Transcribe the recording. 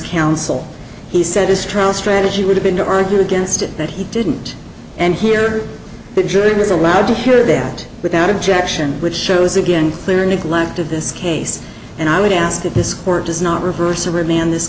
counsel he said his trial strategy would have been to argue against it that he didn't and here the jury was allowed to hear that without objection which shows again clear neglect of this case and i would ask that this court does not reverse a remand this